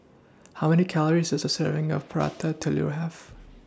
How Many Calories Does A Serving of Prata Telur Have